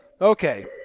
Okay